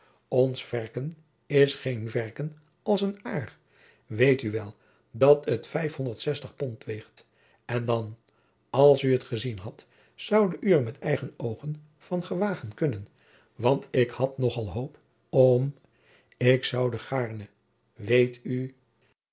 ons verken is geen verken als een aôr weet oe wel dat het pond weegt en dan als oe het ezien had zoude oe er met eigen oogen van ewagen kunnen want ik had nog al hoop om ik zoude gaôrne weet oe